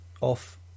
off